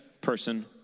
person